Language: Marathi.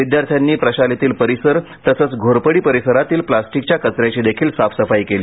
विदयार्थांनी प्रशालेतील परिसर तसच घोरपडी परिसरातील प्लास्टीकच्या कच याचीदेखील साफसफाई केली